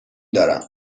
دارم